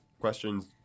questions